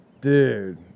dude